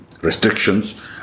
restrictions